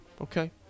Okay